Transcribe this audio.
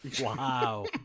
Wow